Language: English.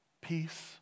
peace